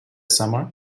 summer